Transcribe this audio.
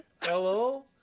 Hello